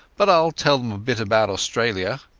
but iall tell them a bit about australia